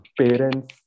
parents